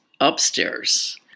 upstairs